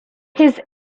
his